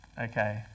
okay